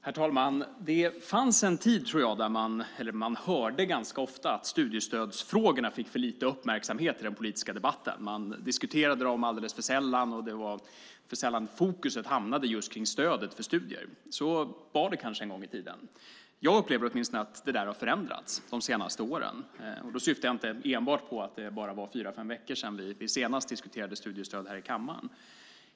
Herr talman! Det fanns en tid då man ganska ofta hörde att studiestödsfrågorna fick för lite uppmärksamhet i den politiska debatten, att man diskuterade dem alldeles för sällan och att det var för sällan som fokus hamnade på just stödet för studier. Så var det kanske en gång i tiden. Jag upplever åtminstone att detta har förändrats under de senaste åren. Då syftar jag inte enbart på att det var bara fyra fem veckor sedan vi senast diskuterade studiestöd här i kammaren.